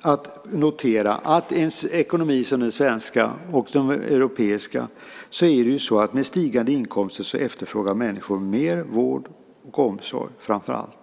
att notera att i ekonomier som den svenska och de europeiska är det så att med stigande inkomster efterfrågar människor mer vård och omsorg, framför allt.